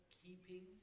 keeping